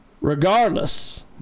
Regardless